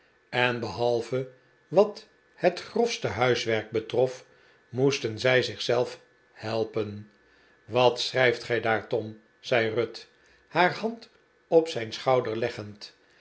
en behalve wat het grofste huiswerk betrof moesten zij zich zelf helpen wat schrijft gij daar tom zei ruth haar hand op zijn schouder leggend